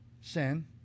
Sin